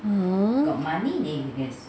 err